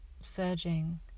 surging